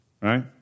right